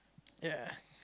ya